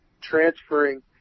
transferring